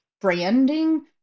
branding